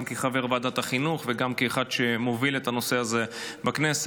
גם כחבר ועדת החינוך וגם כאחד שמוביל את הנושא הזה בכנסת.